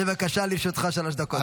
בבקשה, לרשותך שלוש דקות.